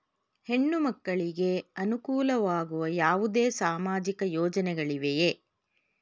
ಹೆಣ್ಣು ಮಕ್ಕಳಿಗೆ ಅನುಕೂಲವಾಗುವ ಯಾವುದೇ ಸಾಮಾಜಿಕ ಯೋಜನೆಗಳಿವೆಯೇ?